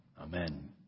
Amen